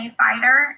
fighter